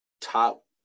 top